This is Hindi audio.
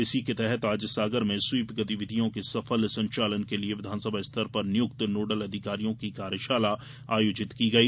इसी के तहत आज सागर में स्वीप गतिविधियों के सफल संचालन के लिये विधानसभा स्तर पर नियुक्त नॉडल अधिकारियों की कार्यशाला आयोजित की गई